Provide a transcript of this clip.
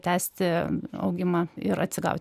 tęsti augimą ir atsigauti